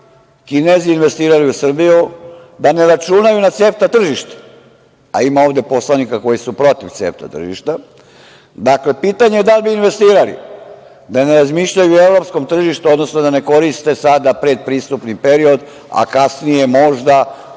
Kinezi investirali u Srbiju, da ne računaju CEFTA tržište, a ima ovde poslanika koju su protiv CEFTA tržišta. Dakle, pitanje je da li bi investirali, da ne razmišljaju o evropskom tržištu, odnosno da ne koriste sada predpristupni period, a kasnije možda,